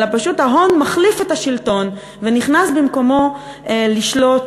אלא פשוט ההון מחליף את השלטון ונכנס במקומו לשלוט,